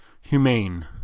humane